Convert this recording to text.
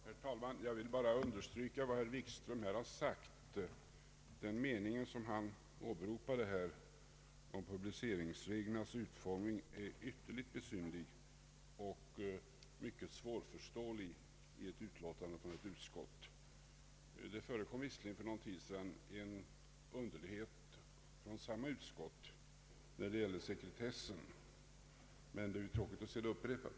Herr talman! Jag vill bara understryka vad herr Wikström här har sagt. Den mening i utlåtandet han åberopade om publiceringsreglernas utformning är ytterligt besynnerlig och mycket svårförståelig i ett utlåtande från ett utskott. Det förekom visserligen för någon tid sedan en underlighet från samma utskott när det gällde sekretesslagen, men det är tråkigt att se det upprepat.